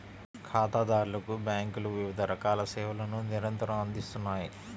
ఖాతాదారులకు బ్యేంకులు వివిధ రకాల సేవలను నిరంతరం అందిత్తన్నాయి